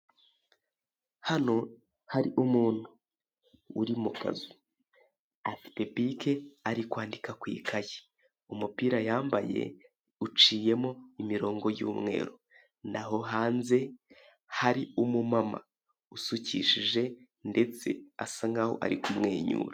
Hano hari umuntu uri mu kazu. Afite bike, ari kwandika ku ikayi. Umupira yambaye uciyemo imirongo y'umweru. Naho hanze hari umumama usukishije, ndetse asa nk'aho ari kumwenyura.